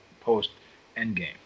post-Endgame